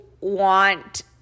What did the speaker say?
want